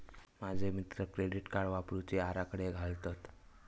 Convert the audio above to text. माझे मित्र credit card वापरुचे आराखडे घालतत